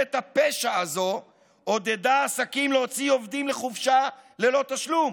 ממשלת הפשע הזו עודדה עסקים להוציא עובדים לחופשה ללא תשלום.